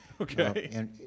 Okay